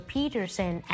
Peterson